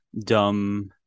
dumb